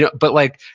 yeah but, like,